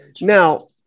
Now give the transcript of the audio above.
Now